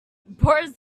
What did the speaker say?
boris